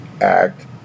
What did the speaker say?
Act